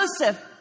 Joseph